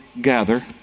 gather